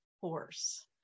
horse